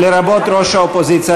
לרבות ראש האופוזיציה,